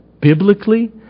biblically